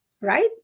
right